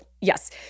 yes